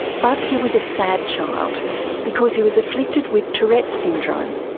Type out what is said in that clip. but he was a sad child because he was afflicted with tourette's syndrome,